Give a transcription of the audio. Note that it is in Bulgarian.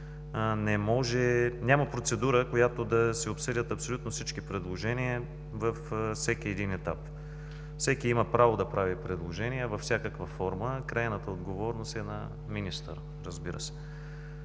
няма процедура, по която да се обсъдят абсолютно всички предложения във всеки един етап. Всеки има право да прави предложения във всякаква форма. Крайната отговорност е на министъра, разбира се.